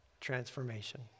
transformation